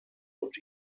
und